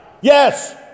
Yes